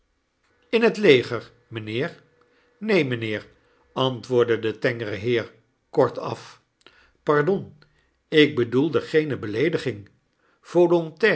in het leger mynheer jneen mijnheer antwoordde de tengere heer kortaf pardon ik bedoelde geene beleediging